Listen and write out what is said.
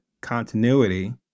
continuity